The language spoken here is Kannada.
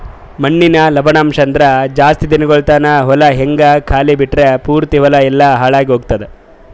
ಮಣ್ಣಿನ ಲವಣಾಂಶ ಅಂದುರ್ ಜಾಸ್ತಿ ದಿನಗೊಳ್ ತಾನ ಹೊಲ ಹಂಗೆ ಖಾಲಿ ಬಿಟ್ಟುರ್ ಪೂರ್ತಿ ಹೊಲ ಎಲ್ಲಾ ಹಾಳಾಗಿ ಹೊತ್ತುದ್